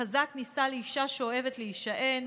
החזק נישא לאישה שאוהבת להישען.